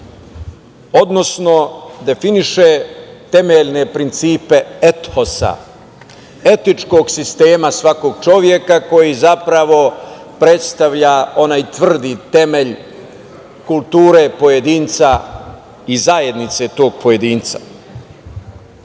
odnosno definiše temeljne principe ethosa – etičkog sistema svakog čoveka koji zapravo predstavlja onaj tvrdi temelj kulture pojedinca i zajednice tog